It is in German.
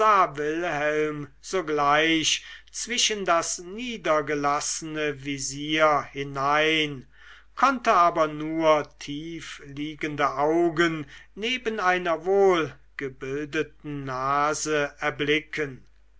wilhelm sogleich zwischen das niedergelassene visier hinein konnte aber nur tiefliegende augen neben einer wohlgebildeten nase erblicken